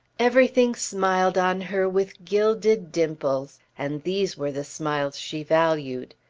everything smiled on her with gilded dimples, and these were the smiles she valued.